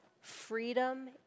freedom